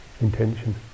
intention